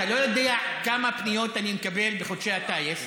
אתה לא יודע כמה פניות אני מקבל בחודשי הקיץ.